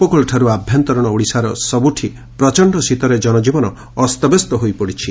ଉପକୂଳଠାରୁ ଆଭ୍ୟନ୍ତରୀଶ ଓଡ଼ିଶାର ସବୁଠି ପ୍ରଚଣ୍ଡ ଶୀତରେ ଜନଜୀବନ ଅସ୍ତବ୍ୟସ୍ତ ହୋଇପଡ଼ିଛି